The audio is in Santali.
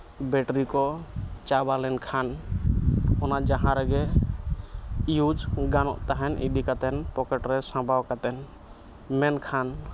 ᱵᱮᱴᱨᱤ ᱠᱚ ᱪᱟᱵᱟ ᱞᱮᱱ ᱠᱷᱟᱱ ᱚᱱᱟ ᱡᱟᱦᱟᱸ ᱨᱮᱜᱮ ᱤᱭᱩᱡᱽ ᱜᱟᱱᱚᱜ ᱛᱟᱦᱮᱸᱫ ᱤᱫᱤ ᱠᱟᱛᱮ ᱯᱚᱠᱮᱴ ᱨᱮ ᱥᱟᱵᱟᱣ ᱠᱟᱛᱮ ᱢᱮᱱᱠᱷᱟᱱ